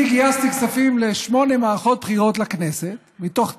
אני גייסתי כספים לשמונה מערכות בחירות לכנסת מתוך תשע,